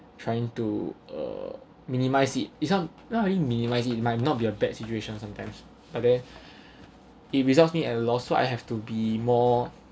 trying to uh minimize it is not not minimize it might not be a bad situation sometimes but then it results me at a loss so I have to be more